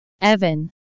evan